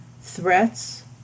threats